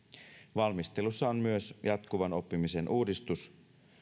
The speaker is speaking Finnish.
valmistelussa on myös jatkuvan oppimisen uudistus